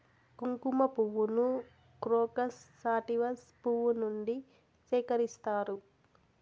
కుంకుమ పువ్వును crocus sativus పువ్వు నుండి సేకరిస్తారు